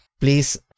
please